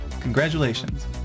congratulations